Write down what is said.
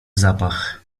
zapach